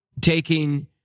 taking